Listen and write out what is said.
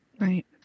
Right